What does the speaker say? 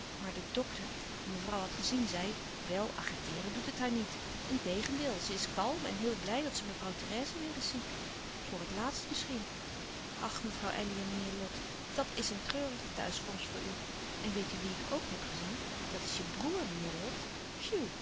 maar de dokter die mevrouw had gezien zei wel agiteeren doet het haar niet integendeel ze is kalm en heel blij dat ze mevrouw therèse weêr eens ziet voor het laatst misschien ach mevrouw elly en meneer lot dat is een treurige thuiskomst voor u en weet u wie ik ook heb gezien dat is je broêr meneer lot